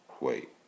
Wait